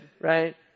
right